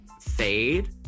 fade